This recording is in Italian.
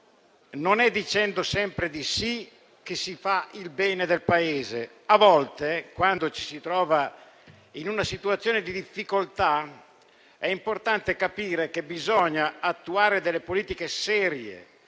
non è dicendo sempre di sì che si fa il bene del Paese; a volte, quando ci si trova in una situazione di difficoltà, è importante capire che bisogna attuare delle politiche serie